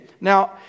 Now